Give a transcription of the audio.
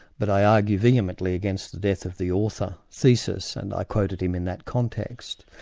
but i argue vehemently against the death of the author thesis, and i quoted him in that context.